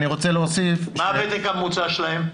מה הוותק הממוצע שלהם?